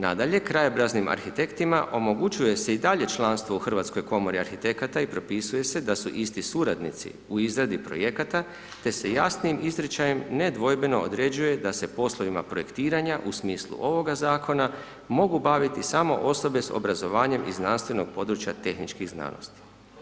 Nadalje, krajobraznim arhitektima omogućuje se i dalje članstvo u Hrvatskoj komori arhitekata i propisuje se da su isti suradnici u izradi projekata, te se jasnim izričajem nedvojbeno određuje da se poslovima projektiranja u smislu ovoga Zakona mogu baviti samo osobe sa obrazovanjem iz znanstvenog područja tehničkih znanosti.